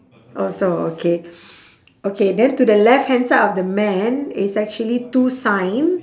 also okay okay then to the left hand side of the man it's actually two sign